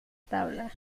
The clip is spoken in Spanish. tabla